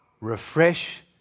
Refresh